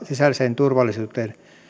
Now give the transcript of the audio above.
sisäiseen turvallisuuteen